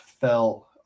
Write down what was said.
fell